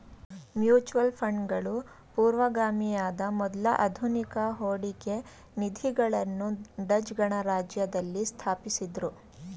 mutual ಫಂಡ್ಗಳು ಪೂರ್ವಗಾಮಿಯಾದ ಮೊದ್ಲ ಆಧುನಿಕ ಹೂಡಿಕೆ ನಿಧಿಗಳನ್ನ ಡಚ್ ಗಣರಾಜ್ಯದಲ್ಲಿ ಸ್ಥಾಪಿಸಿದ್ದ್ರು